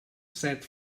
set